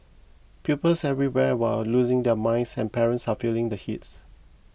pupils everywhere are losing their minds and parents are feeling the heat